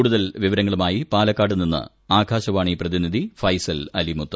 കൂടുതൽ വിവരങ്ങളുമായി പാലക്കാട് നിന്ന് ആകാശവാണി പ്രതിനിധി ഫൈസൽ അലി മുത്ത്